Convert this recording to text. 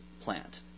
plant